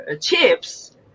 chips